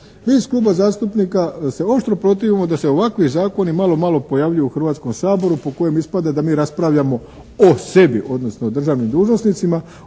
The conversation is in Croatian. Mi iz kluba zastupnika se oštro protivimo da se ovakvi zakoni malo malo pojavljuju u Hrvatskom saboru po kojem ispada da mi raspravljamo o sebi odnosno o državnim dužnosnicima